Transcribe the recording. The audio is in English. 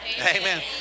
Amen